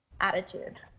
attitude